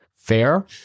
Fair